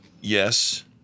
Yes